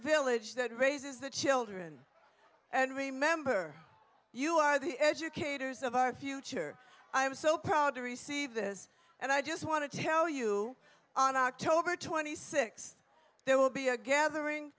village that raises the children and remember you are the educators of our future i am so proud to receive this and i just want to tell you on october twenty sixth there will be a gathering